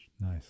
nice